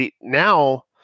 Now